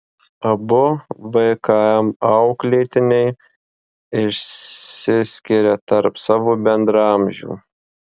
abu vkm auklėtiniai išsiskiria tarp savo bendraamžių